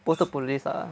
post to police ah